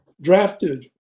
drafted